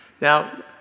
Now